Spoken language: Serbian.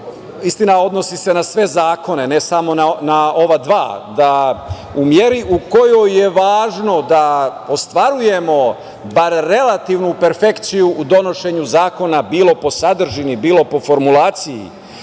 istina, odnosi se na sve zakone, ne samo na ova dva, da u meri u kojoj je važno da ostvarujemo bar relativnu perfekciju u donošenju zakona, bilo po sadržini, bilo po formulaciji,